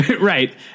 right